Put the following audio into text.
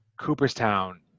Cooperstown